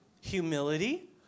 humility